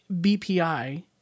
BPI